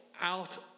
out